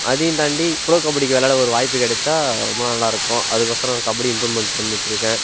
அதையும் தாண்டி ப்ரோ கபடிக்கு விளாட ஒரு வாய்ப்பு கிடைச்சா ரொம்ப நல்லா இருக்கும் அதுக்கு ஒசரம் கபடி இம்ப்ரூவ்மெண்ட் பண்ணிட்டுருக்கேன்